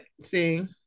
see